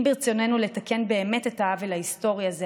אם ברצוננו לתקן באמת את העוול ההיסטורי הזה,